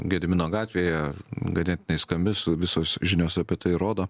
gedimino gatvėje ganėtinai skambius visos žinios apie tai rodo